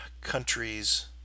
countries